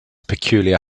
peculiar